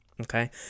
Okay